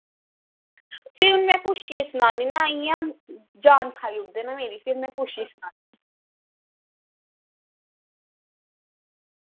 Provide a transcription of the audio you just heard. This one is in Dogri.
भी में पुच्छियै सनानी आं ना इंया जान खाई ओड़दे न मेरी भी में पुच्छियै सनानी आं